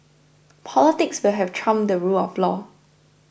politics will have trumped the rule of law